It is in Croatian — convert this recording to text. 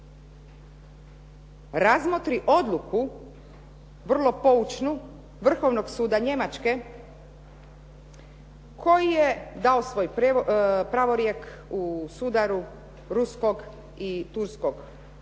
razmotri odluku vrlo poučnu Vrhovnog suda Njemačke koji je dao svoj pravorijek u sudaru ruskog i turskog putničkog